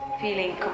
feeling